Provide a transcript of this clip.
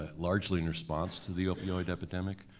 ah largely in response to the opioid epidemic,